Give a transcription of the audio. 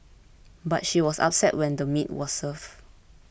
but she was upset when the meat was served